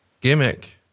gimmick